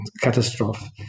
catastrophe